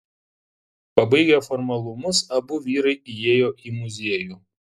pabaigę formalumus abu vyrai įėjo į muziejų